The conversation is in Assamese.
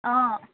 অঁ